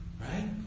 Right